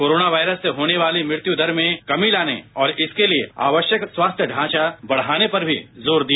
corona virus से होने वाली मृत्यु दर में कमी लाने और इसके लिए आवश्यक स्वास्थ्य ढांचा बढ़ाने पर भी जोर दिया